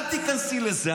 אל תיכנסי לזה.